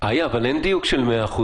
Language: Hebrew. אבל, איה, אין דיוק של 100%